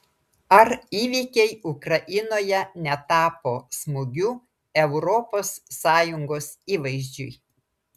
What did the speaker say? ar įvykiai ukrainoje netapo smūgiu europos sąjungos įvaizdžiui